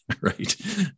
right